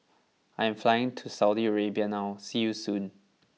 I am flying to Saudi Arabia now see you soon